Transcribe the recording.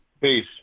Peace